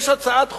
יש לה הצעת חוק.